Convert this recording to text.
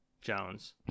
Jones